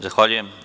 Zahvaljujem.